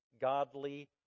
godly